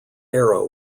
arrow